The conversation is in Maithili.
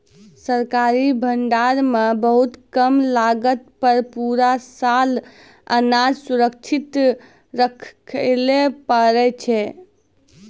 सरकारी भंडार मॅ बहुत कम लागत पर पूरा साल अनाज सुरक्षित रक्खैलॅ पारै छीं